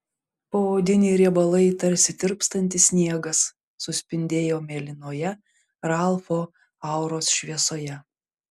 poodiniai riebalai tarsi tirpstantis sniegas suspindėjo mėlynoje ralfo auros šviesoje